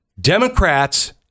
Democrats